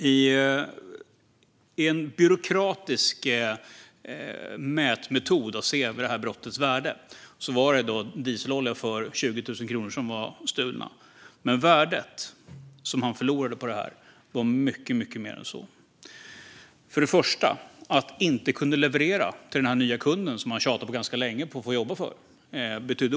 Med en byråkratisk mätmetod för att se det här brottets värde var det dieselolja för 20 000 kronor som var stulen. Men värdet som han förlorade på det här var mycket mer än så. För det första betydde det oerhört mycket att han inte kunde leverera till den här nya kunden som han hade tjatat på ganska länge på för att få jobba för.